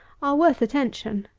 are worth attention.